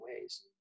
ways